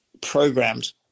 programmed